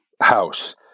house